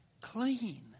clean